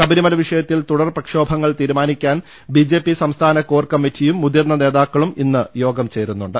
ശബരിമല വിഷയത്തിൽ തുടർ പ്രക്ഷോഭങ്ങൾ തീരുമാനി ക്കാൻ ബി ജെ പി സംസ്ഥാന കോർ കമ്മിറ്റിയും മുതിർന്ന നേതാ ക്കളും ഇന്ന് യോഗം ചേരുന്നുണ്ട്